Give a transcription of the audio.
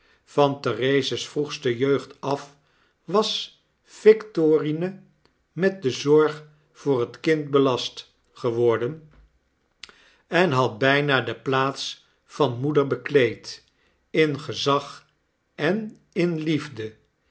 van therese's vroegste jeugd af was victorine met de zorg voor het kind belast geworden en had bijna de plaats van moeder bekleed in gezag en in liefde